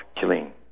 killing